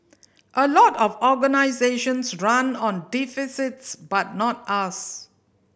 a lot of organisations run on deficits but not us